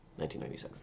1997